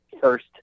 first